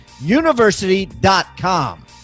university.com